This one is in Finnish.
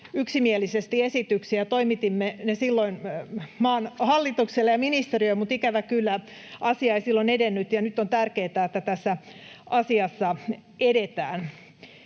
yksimielisesti esityksiä, ja toimitimme ne silloin maan hallitukselle ja ministeriöön, mutta ikävä kyllä asia ei silloin edennyt, ja nyt on tärkeätä, että tässä asiassa edetään.